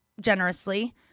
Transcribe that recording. generously